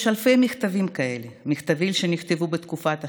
יש אלפי מכתבים כאלה, מכתבים שנכתבו בתקופת השואה,